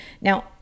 Now